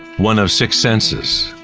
one of six senses.